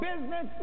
business